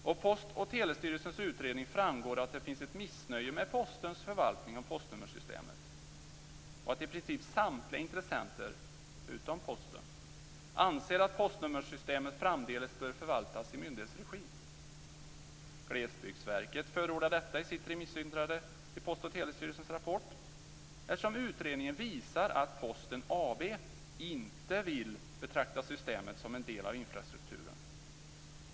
Av Post och Telestyrelsens utredning framgår att det finns ett missnöje med Postens förvaltning av postnummersystemet och att i princip samtliga intressenter utom Posten anser att postnummersystemet framdeles bör förvaltas i myndighetsregi. Glesbygdsverket förordar detta i sitt remissyttrande till Post och Telestyrelsens rapport eftersom utredningen visar att Posten AB inte vill betrakta systemet som en del av infrastrukturen.